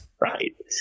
right